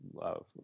love